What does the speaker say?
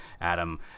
Adam